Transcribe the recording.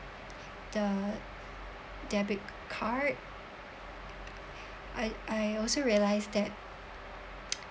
the debit card I I also realise that